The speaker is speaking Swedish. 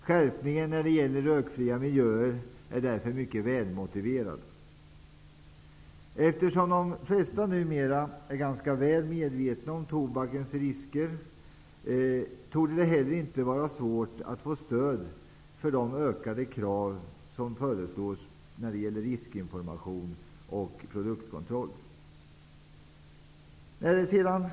Skärpningen när det gäller rökfria miljöer är därför mycket välmotiverad. Eftersom de flesta numera är ganska väl medvetna om tobakens risker, torde det inte heller vara svårt att få stöd för de ökade kraven på riskinformation och produktkontroll. Herr talman!